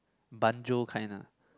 banjo kind ah